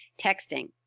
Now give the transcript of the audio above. texting